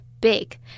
big